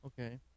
okay